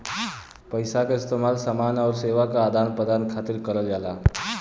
पइसा क इस्तेमाल समान आउर सेवा क आदान प्रदान खातिर करल जाला